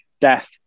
death